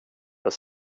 jag